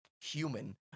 human